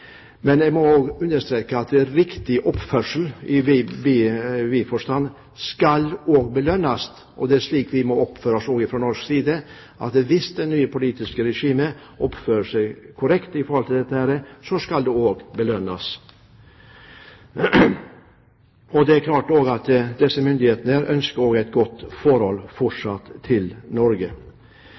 Men jeg må også understreke at riktig oppførsel i vid forstand, skal belønnes. Det er slik vi må gjøre fra norsk side: Hvis det nye politiske regimet oppfører seg korrekt i forhold til dette, skal det også belønnes. Det er også klart at de myndighetene der fortsatt ønsker et godt forhold til Norge.